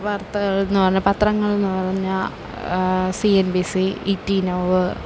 വാർത്തകൾ എന്ന് പറഞ്ഞാൽ പത്രങ്ങൾ എന്ന് പറഞ്ഞാൽ C N B C E T now